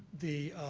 the